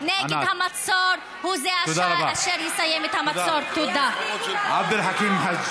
המאבק הנחוש נגד המצור הוא אשר, תודה רבה.